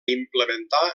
implementar